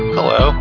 Hello